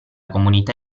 comunità